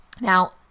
Now